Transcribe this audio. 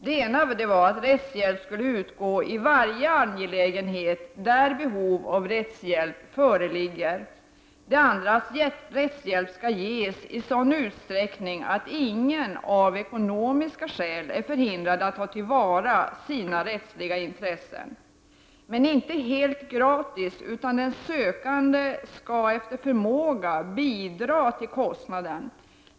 Det ena var att rättshjälp skall utgå i varje angelägenhet där behov av rättshjälp föreligger, det andra att rättshjälp skall ges i sådan utsträckning att ingen av ekonomiska skäl är förhindrad att ta till vara sina rättsliga intressen. Men den skall inte vara helt gratis, utan den sökande skall efter förmåga bidra till kostnaden.